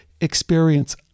experience